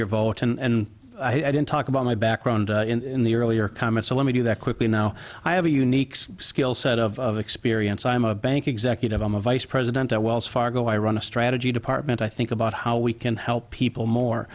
your vote and i didn't talk about my background in the earlier comment so let me do that quickly now i have a unique skill set of experience i'm a bank executive i'm a vice president at wells fargo i run a strategy department i think about how we can help people more